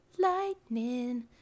Lightning